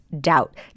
doubt